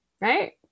right